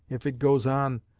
if it goes on,